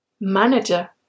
Manager